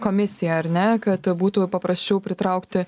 komisija ar ne kad būtų paprasčiau pritraukti